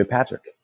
Patrick